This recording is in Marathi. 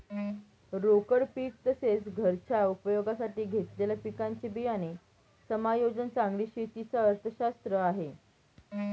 रोकड पीक तसेच, घरच्या उपयोगासाठी घेतलेल्या पिकांचे बियाणे समायोजन चांगली शेती च अर्थशास्त्र आहे